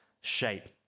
SHAPE